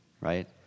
right